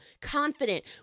confident